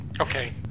Okay